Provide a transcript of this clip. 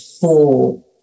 four